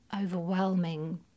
overwhelming